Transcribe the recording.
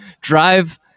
drive